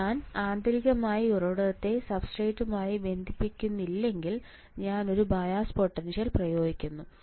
അതിനാൽ ഞാൻ ആന്തരികമായി ഉറവിടത്തെ സബ്സ്ട്രേറ്റ്യുമായി ബന്ധിപ്പിക്കുന്നില്ലെങ്കിൽ ഞാൻ ഒരു ബയാസ് പൊട്ടൻഷ്യൽ പ്രയോഗിക്കുന്നു